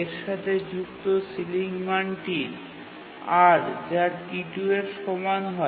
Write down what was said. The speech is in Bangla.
এর সাথে যুক্ত সিলিং মান টি R যা T2 এর সমান হয়